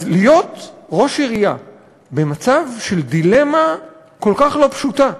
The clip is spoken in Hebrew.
אז להיות ראש עירייה במצב של דילמה כל כך לא פשוטה,